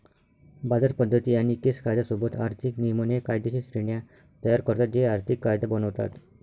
बाजार पद्धती आणि केस कायदा सोबत आर्थिक नियमन हे कायदेशीर श्रेण्या तयार करतात जे आर्थिक कायदा बनवतात